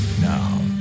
Now